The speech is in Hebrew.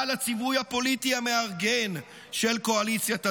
לציווי הפוליטי המארגן של קואליציית הדמים.